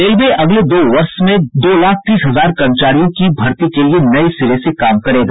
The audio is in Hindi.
रेलवे अगले दो वर्ष में दो लाख तीस हजार कर्मचारियों की भर्ती के लिए नये सिरे से काम करेगा